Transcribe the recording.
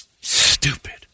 Stupid